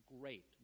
great